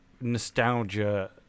nostalgia